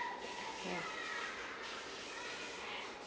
yeah